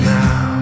now